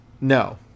No